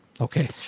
Okay